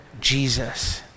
Jesus